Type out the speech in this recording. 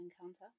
encounter